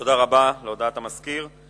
תודה רבה לסגן המזכיר.